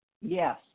Yes